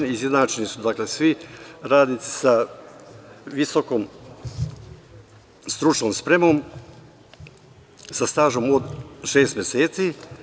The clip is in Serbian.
Dakle, izjednačeni su svi radnici sa visokom stručnom spremom, sa stažom od šest meseci.